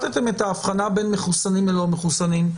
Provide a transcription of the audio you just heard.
ההבחנה בין מחוסנים ללא מחוסנים.